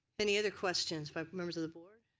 any other questions by members of the board?